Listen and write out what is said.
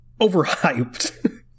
overhyped